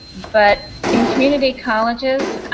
but in community colleges